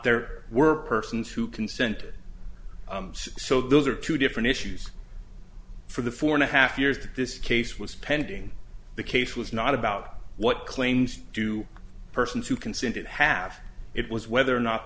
there were person to consented so those are two different issues for the four and a half years that this case was pending the case was not about what claims do persons who consented have it was whether or not